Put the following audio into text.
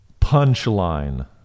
Punchline